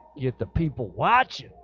yet the people watching